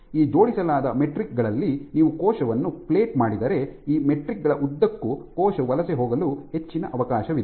ಈ ಜೋಡಿಸಲಾದ ಮೆಟ್ರಿಕ್ ಗಳಲ್ಲಿ ನೀವು ಕೋಶವನ್ನು ಪ್ಲೇಟ್ ಮಾಡಿದರೆ ಈ ಮೆಟ್ರಿಕ್ ಗಳ ಉದ್ದಕ್ಕೂ ಕೋಶವು ವಲಸೆ ಹೋಗಲು ಹೆಚ್ಚಿನ ಅವಕಾಶವಿದೆ